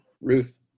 Ruth